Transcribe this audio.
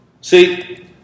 See